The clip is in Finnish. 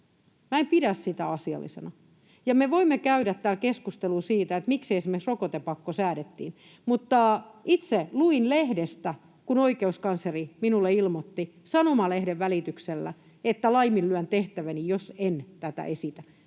en pidä sitä asiallisena. Me voimme käydä täällä keskustelun siitä, miksi esimerkiksi rokotepakko säädettiin, mutta itse luin lehdestä, kun oikeuskansleri minulle ilmoitti sanomalehden välityksellä, että laiminlyön tehtäväni, jos en tätä esitä